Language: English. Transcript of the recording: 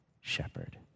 shepherd